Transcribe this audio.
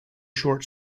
short